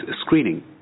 screening